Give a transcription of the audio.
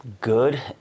good